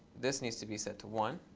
this needs to be set to one.